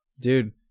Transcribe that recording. Dude